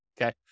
okay